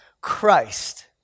Christ